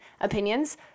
opinions